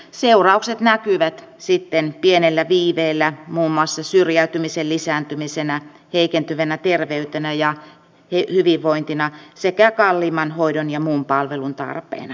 seuraukset näkyvät sitten pienellä viiveellä muun muassa syrjäytymisen lisääntymisenä heikentyvänä terveytenä ja hyvinvointina sekä kalliimman hoidon ja muun palvelun tarpeena